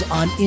on